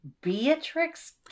beatrix